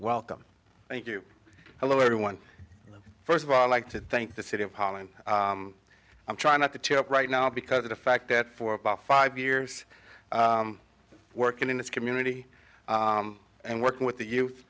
welcome thank you hello everyone first of all i'd like to thank the city of holland i'm trying not to tear up right now because of the fact that for about five years working in this community and working with the